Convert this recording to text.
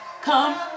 come